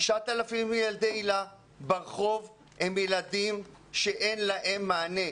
9,000 ילדי היל"ה ברחוב, הם ילדים שאין להם מענה.